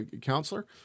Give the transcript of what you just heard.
counselor